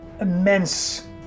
immense